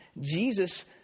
Jesus